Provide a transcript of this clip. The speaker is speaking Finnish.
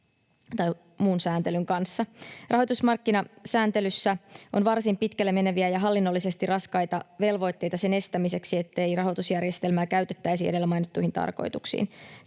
muun sääntelyn kanssa. Rahoitusmarkkinasääntelyssä on varsin pitkälle meneviä ja hallinnollisesti raskaita velvoitteita sen estämiseksi, ettei rahoitusjärjestelmää käytettäisi edellä mainittuihin tarkoituksiin.